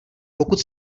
pokud